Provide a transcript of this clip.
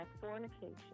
fornication